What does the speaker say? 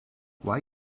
why